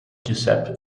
giuseppe